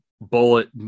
bullet